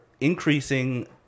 increasing